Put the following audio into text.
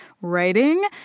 writing